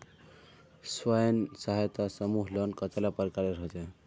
स्वयं सहायता समूह लोन कतेला प्रकारेर होचे?